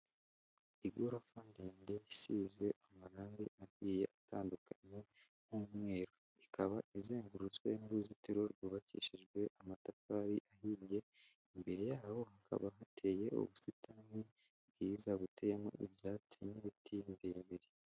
Igorofa ndende isize amarangi agiye atandukanye nk'umweru, ikaba izengurutswe n'uruzitiro rwubakishijwe amatafari ahiye, imbere yaho hakaba hateye ubusitani bwiza, buteyemo ibyatsi n'ibiti birebire.